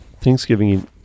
Thanksgiving